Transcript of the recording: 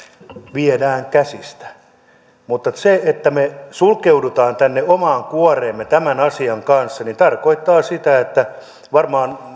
viedään käsistä mutta se että me sulkeudumme tänne omaan kuoreemme tämän asian kanssa tarkoittaa sitä varmaan